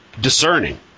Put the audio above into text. discerning